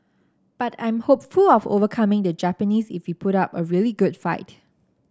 but I'm hopeful of overcoming the Japanese if we put up a really good fight